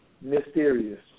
mysterious